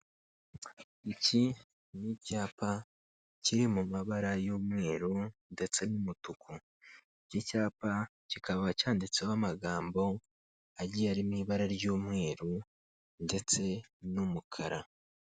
Iki ni icyapa kiri mu mabara y'umweru ndetse n'umutuku, iki cyapa kikaba cyanditseho amagambo agiye ari mu ibara ry'umweru ndetse n'umukara.